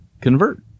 convert